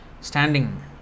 standing